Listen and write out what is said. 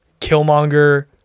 Killmonger